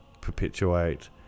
perpetuate